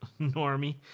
normie